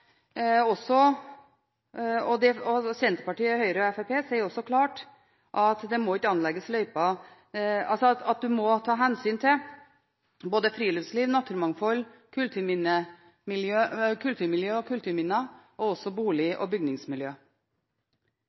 også klart at en må ta hensyn til både friluftsliv, naturmangfold, kulturmiljø og kulturminner, og også bolig og bygningsmiljø.